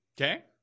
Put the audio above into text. Okay